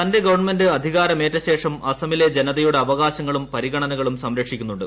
തന്റെ ഗവൺമെന്റ് അധികാരമേറ്റ ശേഷം അസമിലെ ജനതയുടെ അവകാശങ്ങളും പരിഗണനകളും സംരക്ഷിക്കുന്നുണ്ട്